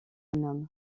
homme